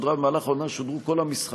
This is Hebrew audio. במהלך העונה האחרונה שודרו כל המשחקים